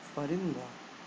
پرندہ